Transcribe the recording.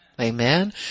Amen